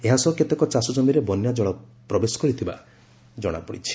ଏହାସହ କେତେକ ଚାଷଜମିରେ ବନ୍ୟାଜଳ ପ୍ରବେଶ କରିଥିବା ଜଶାପଡ଼ିଛି